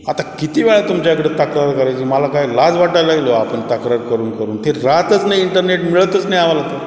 आता किती वेळा तुमच्याकडं तक्रार करायची मला काय लाज वाटायलायलो आपण तक्रार करून करून ते राहतच नाही इंटरनेट मिळतच नाही आम्हाला तर